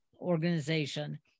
organization